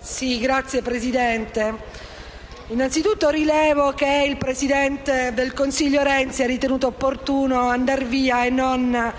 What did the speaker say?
Signor Presidente, innanzitutto rilevo che il presidente del Consiglio Renzi ha ritenuto opportuno andare via e non